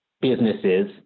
businesses